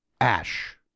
Ash